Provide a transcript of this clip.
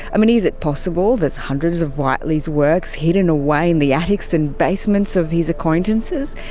i mean is it possible there's hundreds of whiteley's works hidden away in the attics and basements of his acquaintances.